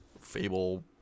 Fable